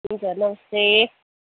हुन्छ नमस्ते